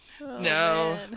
No